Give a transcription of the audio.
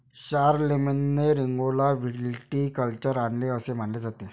शारलेमेनने रिंगौला व्हिटिकल्चर आणले असे मानले जाते